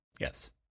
yes